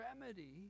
remedy